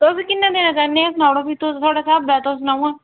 तुस किन्ना देना चाह्न्ने एह् सनाई ओड़ो भी थुआढ़े स्हाबै तुस सनाओ आं